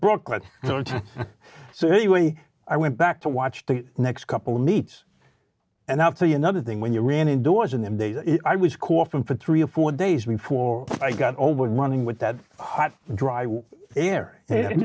brooklyn so he way i went back to watch the next couple of meat and i'll tell you another thing when you ran indoors in them days i was coughing for three or four days before i got over running with that hot dry warm a